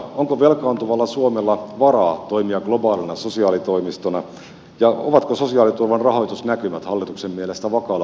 onko velkaantuvalla suomella varaa toimia globaalina sosiaalitoimistona ja ovatko sosiaaliturvan rahoitusnäkymät hallituksen mielestä vakaalla pohjalla tulevaisuudessa